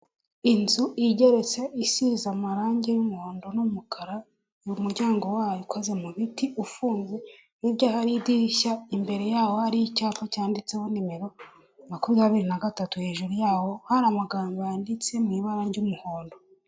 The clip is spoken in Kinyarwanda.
Inzu igeretse isize amarangi y'umuhondo n'umukara, mu muryango wayo ukoze mu biti ufunze hirya hari idirishya, imbere yawo hari icyapa cyanditseho nimero makumyabiri na gatatu, hejuru yaho hari amagambo yanditse mu ibara ry'umuhondo.